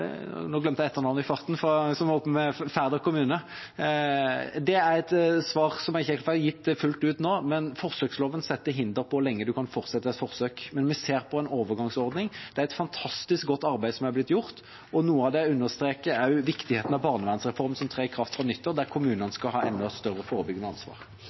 som tok opp Færder kommune: Det er et svar jeg ikke helt får gitt fullt ut nå, men forsøksloven setter grenser for hvor lenge man kan fortsette et forsøk. Vi ser på en overgangsordning. Det er et fantastisk godt arbeid som er blitt gjort, og noe av det understreker også viktigheten av barnevernsreformen, som trer i kraft fra nyttår, der kommunene skal ha enda større forebyggende ansvar.